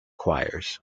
choirs